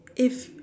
if